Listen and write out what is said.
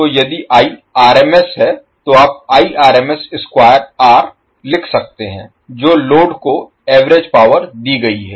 तो यदि I RMS है तो आप Iआरएमएस स्क्वायर R लिख सकते हैं जो लोड को एवरेज पावर दी गयी है